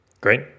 Great